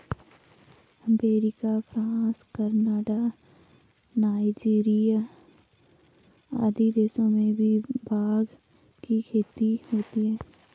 America, France, Canada, Nigeria आदि देशों में भी भाँग की खेती होती है